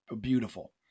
beautiful